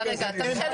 רגע, רגע, תרשה לנו.